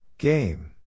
Game